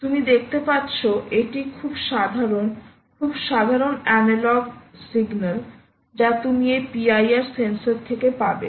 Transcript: তুমি দেখতে পাচ্ছো এটি খুব সাধারণ খুব সাধারণ অ্যানালগ সিগন্যাল যা তুমি এই PIR সেন্সর থেকে পাবে